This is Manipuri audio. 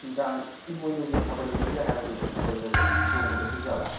ꯅꯨꯡꯗꯥꯡ ꯏꯃꯣꯏꯅꯨꯒꯤ ꯊꯥꯕꯜ ꯂꯩꯒ ꯍꯥꯏꯕꯗꯨꯕꯨ ꯊꯥꯕꯜꯒ ꯆꯣꯡꯂꯔꯣꯏꯗꯣꯏ ꯖꯥꯠꯂ